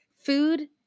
food